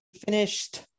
finished